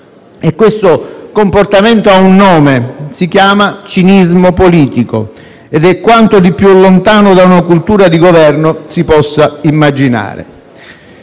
e questo comportamento ha un nome: si chiama cinismo politico ed è quanto di più lontano da una cultura di Governo si possa immaginare.